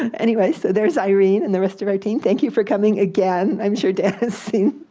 anyway, so there's irene and the rest of our team. thank you for coming again. i'm sure dan has seen